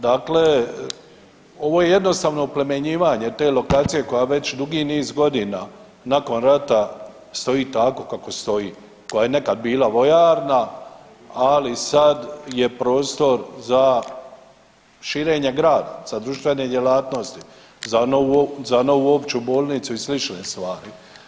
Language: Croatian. Dakle, ovo je jednostavno oplemenjivanje te lokacije koja već dugi niz godina nakon rata stoji tako kako stoji, koja je nekad bila vojarna, ali sad je prostor za širenje grada, za društvene djelatnosti, za novu opću bolnicu i slične stvari.